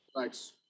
Thanks